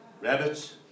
rabbits